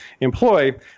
employ